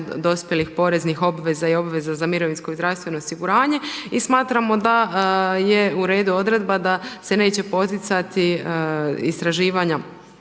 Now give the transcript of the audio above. dospjelih poreznih obveza i obveza za mirovinsko i zdravstveno osiguranje i smatramo da je uredu odredba da se neće poticati istraživanja